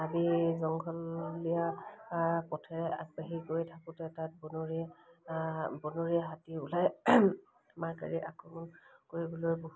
হাবি জংঘলীয়া পথেৰে আগবাঢ়ি গৈ থাকোঁতে তাত বনৰীয়া বনৰ হাতী ওলাই আমাৰ গাড়ী আক্ৰমণ কৰিবলৈ বহুত